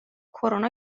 کرونا